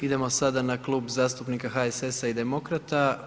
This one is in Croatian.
Idemo sada na Klub zastupnika HSS-a i demokrata.